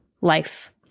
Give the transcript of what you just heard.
life